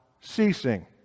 ceasing